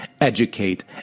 educate